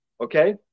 Okay